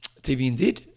TVNZ